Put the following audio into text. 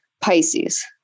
Pisces